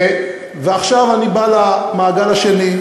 ועכשיו אני בא למעגל השני.